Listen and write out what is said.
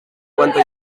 quanta